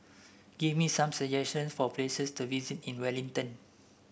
give me some suggestions for places to visit in Wellington